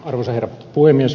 arvoisa herra puhemies